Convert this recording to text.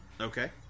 Okay